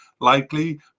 likely